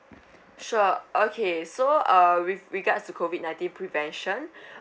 sure okay so uh with regards to COVID nineteen prevention